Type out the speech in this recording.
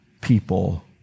people